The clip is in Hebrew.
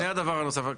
לפני הדבר הנוסף.